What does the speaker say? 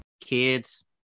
kids